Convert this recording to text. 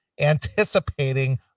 anticipating